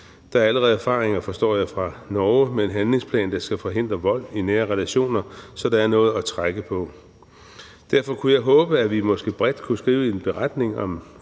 Der er allerede erfaringer, forstår jeg, fra Norge med en handlingsplan, der skal forhindre vold i nære relationer. Så der er noget at trække på. Derfor kunne jeg håbe, at vi måske bredt kunne skrive en beretning om